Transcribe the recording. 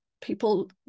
people